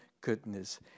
goodness